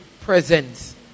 presence